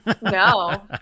no